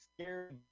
scared